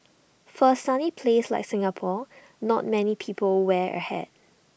for A sunny place like Singapore not many people wear A hat